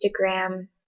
Instagram